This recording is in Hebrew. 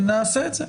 נעשה את זה.